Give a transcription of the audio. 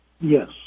Yes